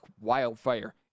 wildfire